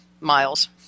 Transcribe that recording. miles